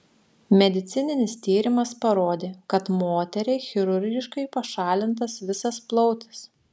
medicininis tyrimas parodė kad moteriai chirurgiškai pašalintas visas plautis